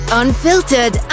unfiltered